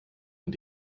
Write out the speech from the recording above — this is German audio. und